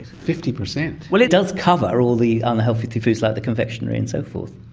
fifty percent! well it does cover all the unhealthy foods like the confectionary and so forth.